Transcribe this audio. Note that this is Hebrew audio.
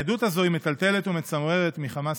העדות הזו היא מטלטלת ומצמררת מכמה סיבות: